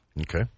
Okay